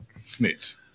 snitch